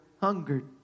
hungered